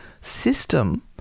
system